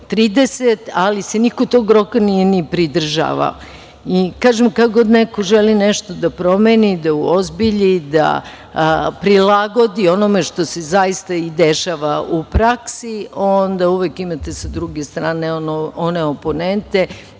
30, ali se niko tog roka nije ni pridržavao. Kažem, kada god neko želi nešto da promeni, da uozbilji, da prilagodi onome što se zaista i dešava u praksi onda uvek imate sa druge strane one oponente